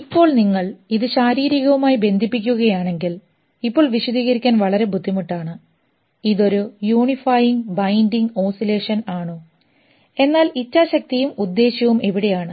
ഇപ്പോൾ നിങ്ങൾ ഇത് ശാരീരികവുമായി ബന്ധിപ്പിക്കുകയാണെങ്കിൽ ഇപ്പോൾ വിശദീകരിക്കാൻ വളരെ ബുദ്ധിമുട്ടാണ് ഇത് ഒരു unifying binding oscillation ആണോ എന്നാൽ ഇച്ഛാശക്തിയും ഉദ്ദേശ്യവും എവിടെയാണ്